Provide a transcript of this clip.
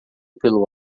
pelo